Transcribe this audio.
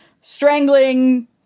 Strangling